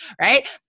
right